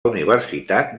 universitat